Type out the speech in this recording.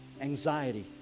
anxiety